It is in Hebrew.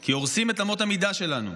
כי הורסים את אמות המידה שלנו.